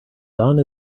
done